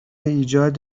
ایجاد